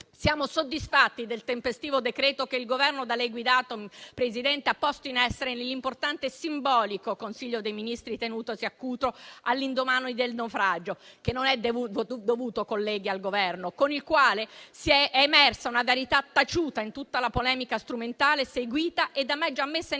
Siamo soddisfatti del tempestivo decreto-legge che il Governo da lei guidato, Presidente, ha posto in essere nell'importante e simbolico Consiglio dei ministri tenutosi a Cutro all'indomani del naufragio, che non è dovuto, colleghi, al Governo, con il quale è emersa una verità taciuta in tutta la polemica strumentale seguita e da me già messa in